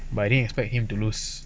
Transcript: but I didn't expect him to lose